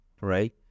right